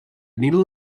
needle